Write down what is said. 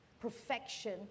perfection